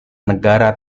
negara